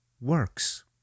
works